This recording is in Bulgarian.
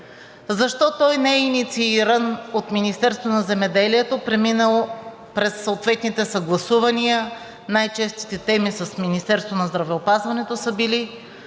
защо той не е иницииран от Министерството на земеделието, преминал през съответните съгласувания – най-честите теми са били с Министерството на здравеопазването, а се